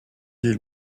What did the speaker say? ils